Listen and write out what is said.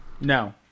No